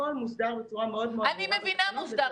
הכול מוסדר בצורה מאוד מאוד --- אני מבינה שהכול מוסדר.